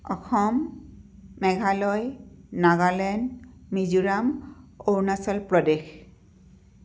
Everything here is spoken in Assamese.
অসম মেঘালয় নাগালেণ্ড মিজোৰাম অৰুণাচল প্ৰদেশ